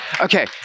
Okay